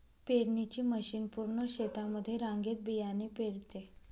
पेरणीची मशीन पूर्ण शेतामध्ये रांगेत बियाणे पेरते